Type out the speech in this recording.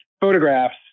photographs